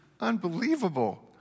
unbelievable